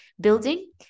building